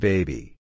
Baby